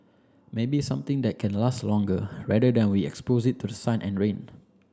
maybe something that can last longer rather than we expose it to the sun and rain